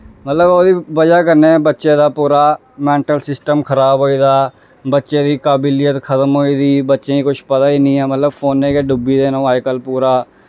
मतलब ओह्दी बजह् कन्नै बच्चे दा पूरा मैंटल सिस्टम खराब होए गा बच्चे दी काबलियत खत्म होए दी बच्चें गी कुछ पता गै निं ऐ मतलब फोनै च डुब्बी गेदे न ओह् अज्जकल पूरा